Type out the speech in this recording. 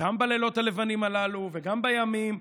גם בלילות הלבנים הללו וגם בימים,